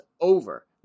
over